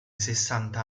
sessanta